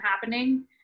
happening